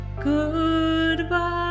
Goodbye